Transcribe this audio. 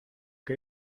que